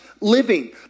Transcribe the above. living